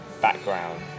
background